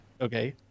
Okay